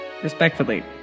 Respectfully